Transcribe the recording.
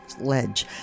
ledge